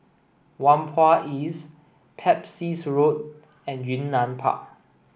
Whampoa East Pepys Road and Yunnan Park